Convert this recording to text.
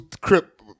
Crip